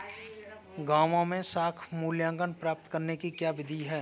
गाँवों में साख मूल्यांकन प्राप्त करने की क्या विधि है?